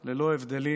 ללא הבדלים